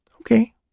Okay